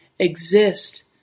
exist